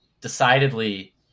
decidedly